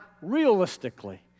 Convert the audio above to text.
realistically